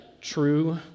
True